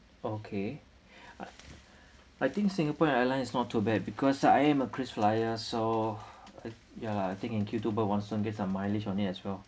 okay I I think singapore airline is not too bad because I am a krisflyer so uh ya I think in to get some mileage on it as well